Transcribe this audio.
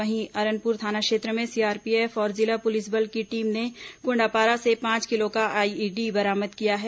वहीं अरनपुर थाना क्षेत्र में सीआरपीएफ और जिला पुलिस बल की टीम ने कोंडापारा से पांच किलो का आईईडी बरामद किया है